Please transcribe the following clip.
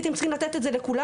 הייתם צריכים לתת את זה לכולם,